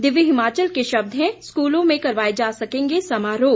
दिव्य हिमाचल के शब्द हैं स्कूलों में करवाए जा सकेंगे समारोह